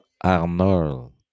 Arnold